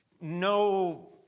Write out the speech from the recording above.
no